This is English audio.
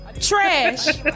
Trash